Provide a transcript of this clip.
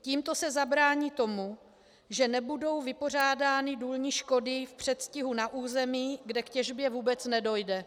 Tímto se zabrání tomu, že nebudou vypořádány důlní škody v předstihu na území, kde k těžbě vůbec nedojde.